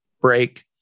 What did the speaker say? break